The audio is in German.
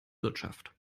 wirtschaft